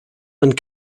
and